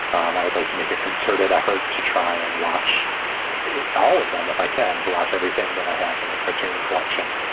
um i would like to make a concerted effort to try and watch all of them, if i can, to watch everything that i have from the criterion collection.